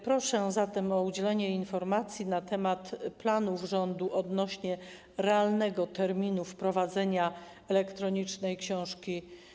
Proszę zatem o udzielenie informacji na temat planów rządu odnośnie do realnego terminu wprowadzenia do użytku elektronicznej książki.